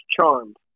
Charmed